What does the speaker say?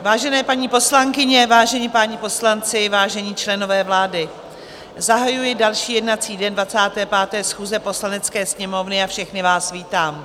Vážené paní poslankyně, vážení páni poslanci, vážení členové vlády, zahajuji další jednací den 25. schůze Poslanecké sněmovny a všechny vás vítám.